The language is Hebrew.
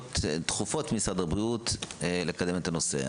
דחופות ממשרד הבריאות לקדם את הנושא.